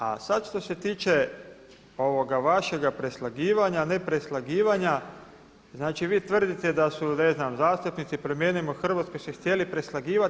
A sad što se tiče ovoga vašega preslagivanja, nepreslagivanja, znači vi tvrdite da su, ne znam zastupnici promijenimo Hrvatsku se htjeli preslagivat.